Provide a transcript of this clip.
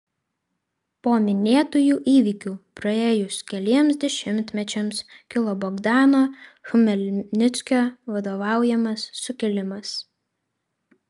po minėtųjų įvykių praėjus keliems dešimtmečiams kilo bogdano chmelnickio vadovaujamas sukilimas